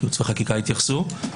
ייעוץ וחקיקה יתייחסו.